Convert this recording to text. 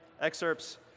excerpts